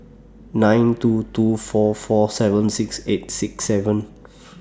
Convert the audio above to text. nine two two four four seven six eight six seven